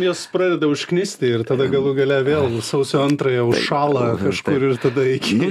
jos pradeda užknisti ir tada galų gale vėl sausio antrąją užšąla kažkur ir tada iki